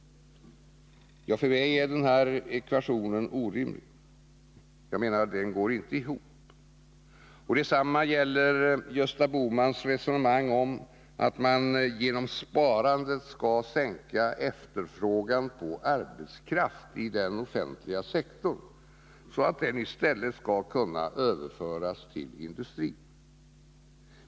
För mig är ekvationen orimlig — den går inte ihop. Detsamma gäller Gösta Bohmans resonemang om att man genom sparandet skall sänka efterfrågan på arbetskraft i den offentliga sektorn, så att den i stället skall kunna överföras till industrin.